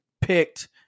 picked